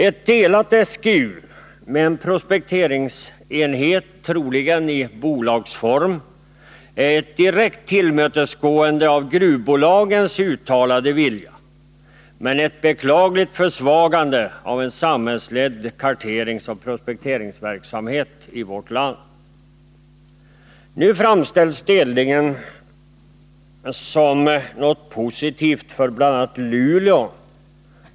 Ett delat SGU med en prospekteringsenhet troligen i bolagsform är ett direkt tillmötesgående av gruvbolagens uttalade vilja men ett beklagligt försvagande av en samhällsledd karteringsoch prospekteringsverksamhet i vårt land. Nu framställs delningen som något positivt för bl.a. Luleå.